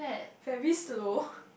very slow